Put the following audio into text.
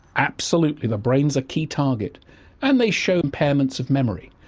absolutely, the brain is a key target and they show impairments of memory.